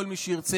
כל מי שירצה,